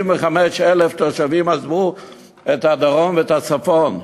55,000 תושבים עזבו את הדרום ואת הצפון.